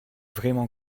vraiment